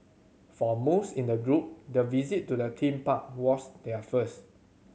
for most in the group the visit to the theme park was their first